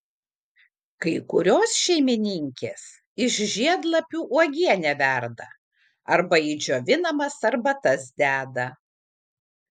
kai kurios šeimininkės iš žiedlapių uogienę verda arba į džiovinamas arbatas deda